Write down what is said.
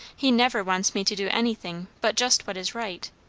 he never wants me to do anything but just what is right,